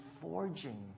forging